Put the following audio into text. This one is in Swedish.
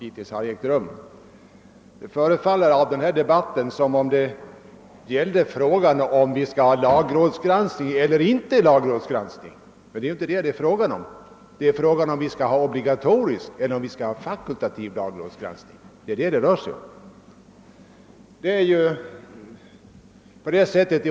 Det förefaller av den här debatten som om frågan gällde, om vi skall ha lagrådsgranskning eller inte, men så är det inte — frågan gäller om vi skall ha obligatorisk eller fakultativ lagrådsgranskning.